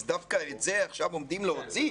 אז דווקא את זה עכשיו עומדים להוציא?